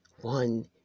one